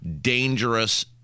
dangerous